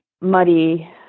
muddy